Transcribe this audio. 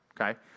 Okay